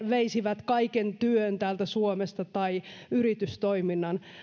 veisivät kaiken työn täältä suomesta tai yritystoiminnan